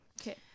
Okay